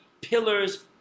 pillars